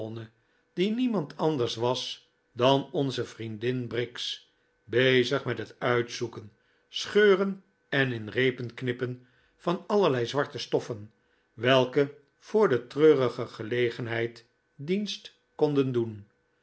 die niemand anders was dan onze vriendin briggs bezig met het uitzoeken scheuren en in reepen knippen van allerlei zwarte stoffen welke voor de treurige gelegenheid dienst konden doen